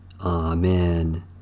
Amen